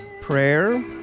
prayer